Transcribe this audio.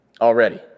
already